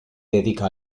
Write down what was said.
dedica